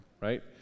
right